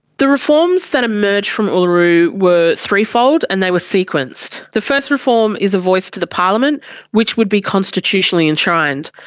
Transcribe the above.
the reforms that emerged from uluru were threefold and they were sequenced. the first reform is a voice to the parliament which would be constitutionally enshrined.